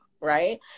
right